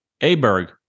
aberg